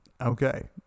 okay